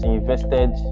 invested